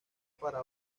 para